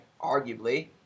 arguably